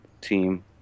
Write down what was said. team